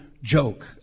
Joke